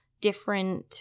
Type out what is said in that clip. different